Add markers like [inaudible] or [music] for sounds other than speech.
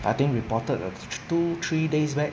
I think reported uh [noise] two three days back